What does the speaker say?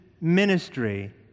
ministry